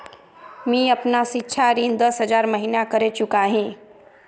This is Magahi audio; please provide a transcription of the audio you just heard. मी अपना सिक्षा ऋण दस हज़ार महिना करे चुकाही